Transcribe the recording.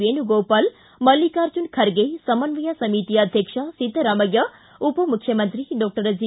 ವೇಣುಗೋಪಾಲ್ ಮಲ್ಲಿಕಾರ್ಜುನ ಖರ್ಗೆ ಸಮನ್ವಯ ಸಮಿತಿ ಅಧ್ಯಕ್ಷ ಿದ್ದರಾಮಯ್ಯ ಉಪಮುಖ್ಯಮಂತ್ರಿ ಡಾಕ್ಟರ್ ಜಿ